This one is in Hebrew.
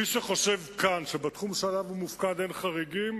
מי שחושב כאן שבתחום שעליו הוא מופקד אין חריגים,